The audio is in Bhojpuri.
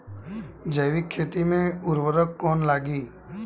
जैविक खेती मे उर्वरक कौन लागी?